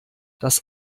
das